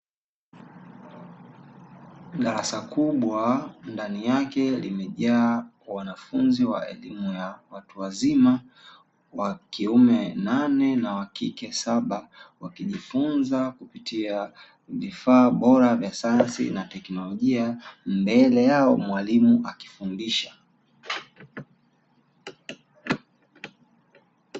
Darasa kubwa, ndani yake limejaa wanafunzi wa elimu ya watu wazima, wakiume nane na wakike saba, wakijifunza kupitia vifaa bora vya sayansi na teknolojia, mbele yao mwalimu akifundisha.